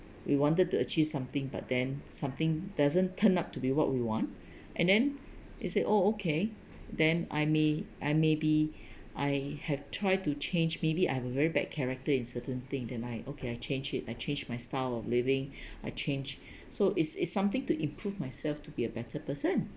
we wanted to achieve something but then something doesn't turn up to be what we want and then you say oh okay then I may I maybe I had tried to change maybe I'm a very bad character in certain thing then I okay I change it I change my style of living I change so it's it's something to improve myself to be a better person